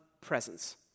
presence